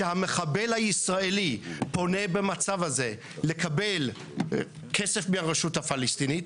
כשהמחבל הישראלי פונה במצב הזה לקבל כסף מהרשות הפלסטינית,